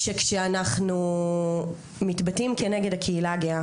כשאנחנו מתבטאים כנגד הקהילה הגאה